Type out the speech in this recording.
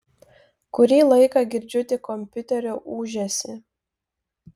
kurį laiką girdžiu tik kompiuterio ūžesį